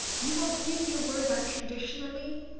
you won't give your word unconditionally?